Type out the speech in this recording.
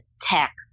tech